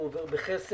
הוא עובר בחסר.